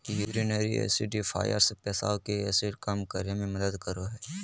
urinary acidifiers पेशाब के acid कम करे मे मदद करो हय